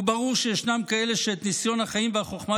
וברור שישנם כאלה שאת ניסיון החיים והחוכמה